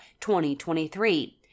2023